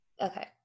Okay